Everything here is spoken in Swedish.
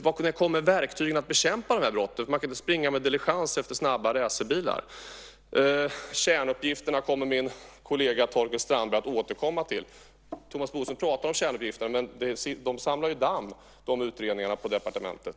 När kommer verktygen för att bekämpa de här brotten? Man kan ju inte köra med diligens efter snabba racerbilar. Kärnuppgifterna kommer min kollega Torkild Strandberg att återkomma till. Thomas Bodström pratar om kärnuppgifterna, men de utredningarna samlar ju damm på departementet.